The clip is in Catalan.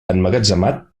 emmagatzemat